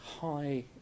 high